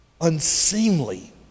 unseemly